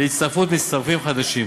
למצטרפים חדשים.